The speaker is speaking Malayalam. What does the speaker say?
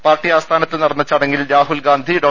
പാർട്ടി ആസ്ഥാനത്ത് നടന്ന ചടങ്ങിൽ രാഹുൽ ഗാന്ധി ഡോ